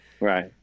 Right